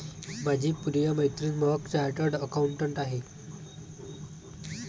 माझी प्रिय मैत्रीण महक चार्टर्ड अकाउंटंट आहे